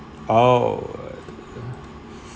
oh